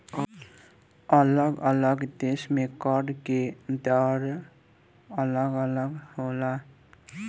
अलग अलग देश में कर के दर अलग होला